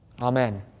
amen